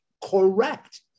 correct